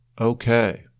Okay